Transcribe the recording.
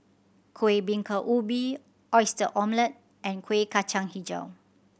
Kueh Bingka Ubi Oyster Omelette and Kuih Kacang Hijau